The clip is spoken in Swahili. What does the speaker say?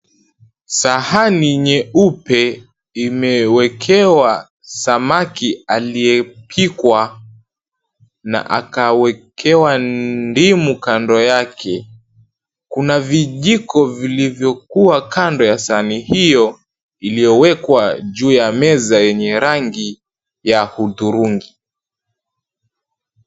Sahani nyeupe imewekewa samaki aliyepikwa na akawekewa ndimu kando yake. Kuna vijiko vilivyokuwa kando ya sahani hio iliyowekwa juu ya meza yenye rangi ya hudhurungi.